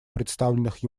представленных